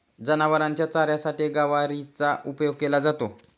जनावरांच्या चाऱ्यासाठीही गवारीचा उपयोग केला जातो